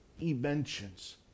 inventions